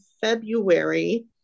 February